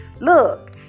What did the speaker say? Look